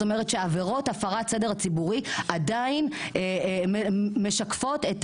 אומרת שהעבירות של הפרת סדר ציבורי עדיין משקפות את